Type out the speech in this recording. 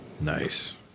Nice